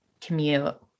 commute